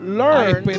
learn